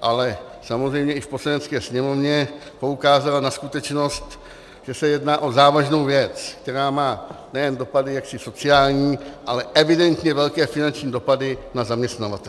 ale samozřejmě i v Poslanecké sněmovně poukázala na skutečnost, že se jedná o závažnou věc, která má nejen dopady sociální, ale evidentně velké finanční dopady na zaměstnavatele.